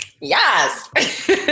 Yes